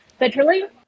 federally